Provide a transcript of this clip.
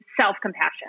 self-compassion